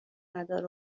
نداره